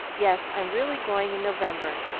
yes, i'm really going in november.